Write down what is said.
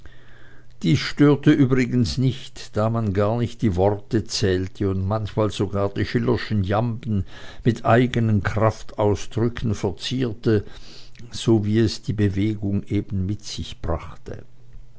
dies störte übrigens nicht da man gar nicht die worte zählte und manchmal sogar die schillerschen jamben mit eigenen kraftausdrücken verzierte so wie es die bewegung eben mit sich brachte